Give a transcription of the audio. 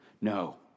No